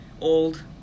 old